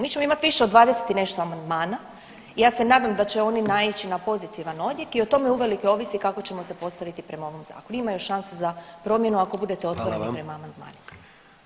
Mi ćemo imat više od 20 i nešto amandmana i ja se nadam da će oni naići na pozitivan odjek i o tome uvelike ovisi kako ćemo se postaviti prema ovom zakonu, ima još šanse za promjenu ako budete otvoreni prema amandmanima.